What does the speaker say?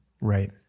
Right